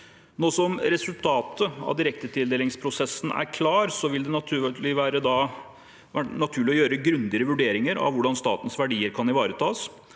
som resultatet av direktetildelingsprosessen er klart, vil det være naturlig å gjøre grundigere vurderinger av hvordan statens verdier kan ivaretas.